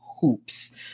hoops